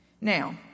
Now